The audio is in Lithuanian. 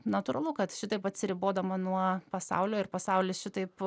natūralu kad šitaip atsiribodama nuo pasaulio ir pasaulis šitaip